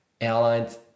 airlines